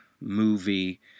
movie